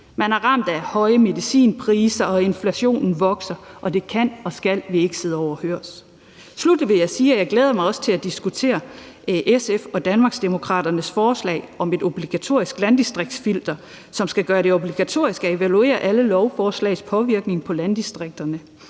Man er ramt af høje medicinpriser, og inflationen vokser, og det kan og skal vi ikke sidde overhørig. Sluttelig vil jeg sige, at jeg også glæder mig til at diskutere SF og Danmarksdemokraternes forslag om et obligatorisk landdistriktsfilter, som skal gøre det obligatorisk at evaluere alle lovforslags påvirkning af landdistrikterne.